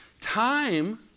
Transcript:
time